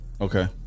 okay